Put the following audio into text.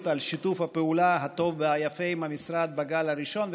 על שיתוף הפעולה הטוב והיפה עם המשרד בגל הראשון.